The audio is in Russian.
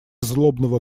злобного